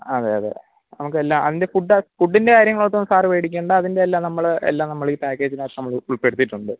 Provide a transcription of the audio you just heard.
അതെയതെ നമുക്കെല്ലാം അതിൻ്റെ ഫുഡാ ഫുഡിൻ്റെ കാര്യങ്ങളോർത്തൊന്നും സാറ് പേടിക്കണ്ട അതിൻ്റെ എല്ലാം നമ്മള് എല്ലാം നമ്മള് ഈ പാക്കേജിന് അകത്ത് നമ്മള് ഉൾപ്പെടുത്തിയിട്ടുണ്ട്